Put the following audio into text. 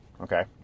okay